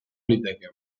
liteke